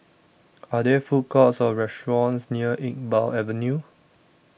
Are There Food Courts Or restaurants near Iqbal Avenue